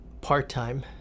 part-time